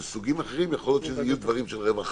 בסוגים אחרים יכול להיות שאלו יהיו דברים של רווחה,